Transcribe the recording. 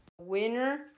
Winner